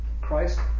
Christ